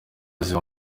ziba